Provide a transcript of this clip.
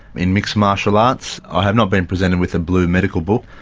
in mixed martial arts, i have not been presented with a blue medical book.